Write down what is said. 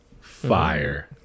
fire